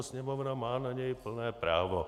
Sněmovna má na něj plné právo.